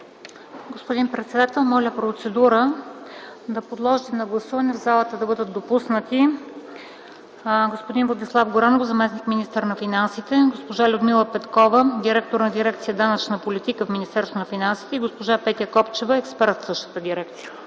Господин председател, моля за процедура, в залата да бъдат допуснати господин Владислав Горанов – заместник-министър на финансите, госпожа Людмила Петкова – директор на Дирекция „Данъчна политика” в Министерството на финансите и госпожа Петя Копчева – експерт в същата дирекция.